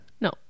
No